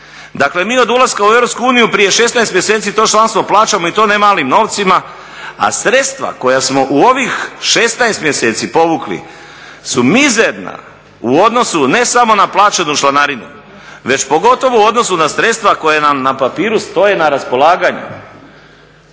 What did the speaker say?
Dakle, mi od ulaska u EU prije 16 mjeseci plaćamo i to ne malim novcima, a sredstva koja smo u ovih 16 mjeseci povukli su mizerna u odnosu ne samo na plaćenu članarinu već pogotovo u odnosu na sredstva koja nam na papiru stoje na raspolaganju.